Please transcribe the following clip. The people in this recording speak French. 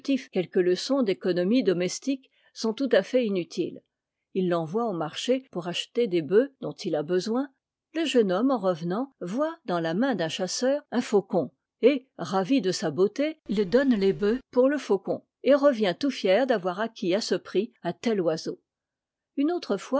quelques leçons d'économie domestique sont tout à fait inutiles il l'envoie au marché pour acheter des bœufs dont il a besoin le jeune homme en revenant voit dans la main d'un chasseur un faucon et ravi de sa beauté il donne les boeufs pour le faucon et revient tout fier d'avoir acquis à ce prix un tel oiseau une autre